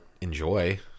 enjoy